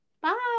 bye